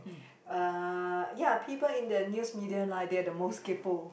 uh ya people in the news media line they are the most kaypo